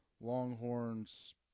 Longhorns